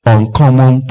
Uncommon